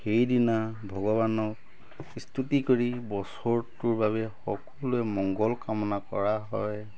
সেইদিনা ভগৱানক স্তুতি কৰি বছৰটোৰ বাবে সকলোৰে মংগল কামনা কৰা হয়